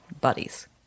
buddies